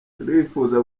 turifuza